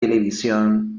televisión